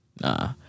Nah